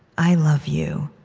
i love you,